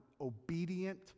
obedient